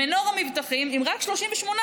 מנורה מבטחים עם רק 38%,